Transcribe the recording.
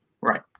right